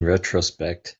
retrospect